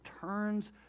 turns